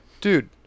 Dude